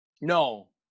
No